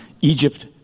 Egypt